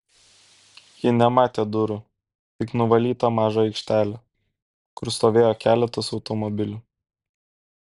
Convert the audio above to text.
ji nematė durų tik nuvalytą mažą aikštelę kur stovėjo keletas automobilių